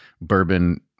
bourbon –